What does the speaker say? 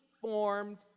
formed